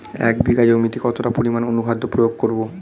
এক বিঘা জমিতে কতটা পরিমাণ অনুখাদ্য প্রয়োগ করব?